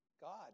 God